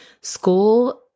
School